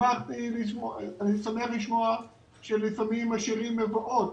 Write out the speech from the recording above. אני שמח לשמוע שלפעמים משאירים מבואות,